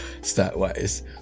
stat-wise